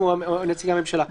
אנחנו או נציגי הממשלה.